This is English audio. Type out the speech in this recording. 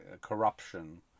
corruption